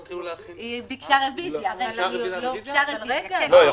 היא ביקשה רביזיה, היא